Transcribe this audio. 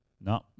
No